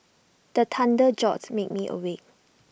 the thunder jolt me me awake